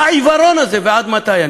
מה העיוורון הזה, ועד מתי?